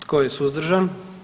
Tko je suzdržan?